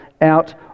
out